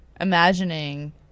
imagining